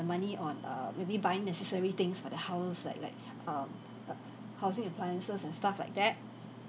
the money on err maybe buying necessary things for the house like like err housing appliances and stuff like that